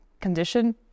condition